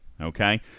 okay